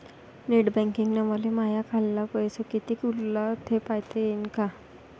Net बँकिंगनं मले माह्या खाल्ल पैसा कितीक उरला थे पायता यीन काय?